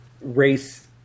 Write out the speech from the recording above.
race